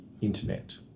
internet